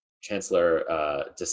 Chancellor